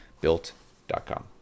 built.com